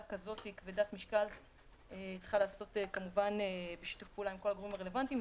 כזאת כבדת משקל צריכה להיעשות בשיתוף פעולה עם כל הגורמים הרלוונטיים.